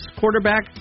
quarterback